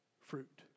fruit